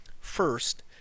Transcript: First